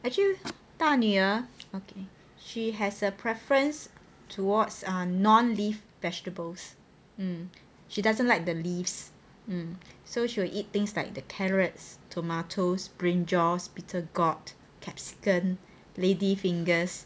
actually 大女儿 okay she has a preference towards a non leaf vegetables um she doesn't like the leaves and so she will eat things like the carrots tomatoes brinjals bitter gourd capsicum lady fingers